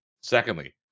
Secondly